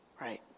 right